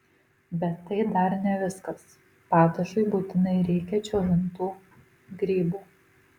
bet tai dar ne viskas padažui būtinai reikia džiovintų grybų